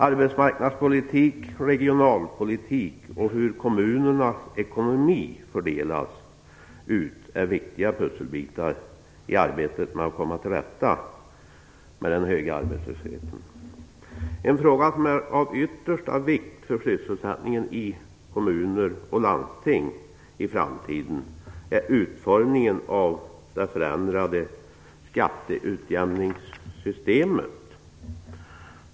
Arbetsmarknadspolitik, regionalpolitik och kommunernas ekonomiska fördelning är viktiga pusselbitar i arbetet med att komma till rätta med den höga arbetslösheten. En fråga som i framtiden blir av yttersta vikt för sysselsättningen i kommuner och landsting är utformningen av det förändrade skatteutjämningssystemet.